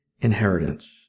inheritance